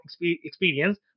experience